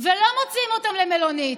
ולא מוציאים אותם למלונית,